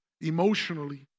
emotionally